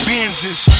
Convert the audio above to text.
Benzes